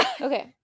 okay